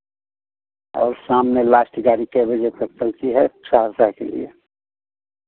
और शाम में लास्ट गाड़ी कै बजे तक चलती है सहरसा के लिए